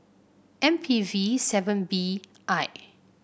M P V seven B I